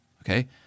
okay